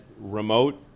remote